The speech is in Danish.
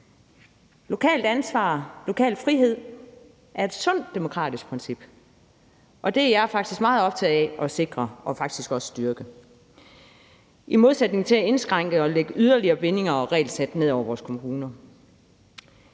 Lokalt ansvar og lokal frihed er et sundt demokratisk princip, og det er jeg faktisk meget optaget af at sikre og faktisk også styrke i modsætning til at indskrænke og lægge yderligere bindinger og regelsæt ned over vores kommuner.